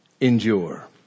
endure